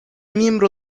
miembro